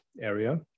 area